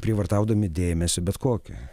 prievartaudami dėmesį bet kokį